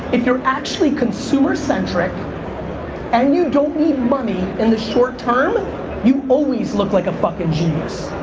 if you're actually consumer-centric and you don't need money in the short term you always look like a fuckin' genius